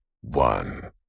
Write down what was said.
one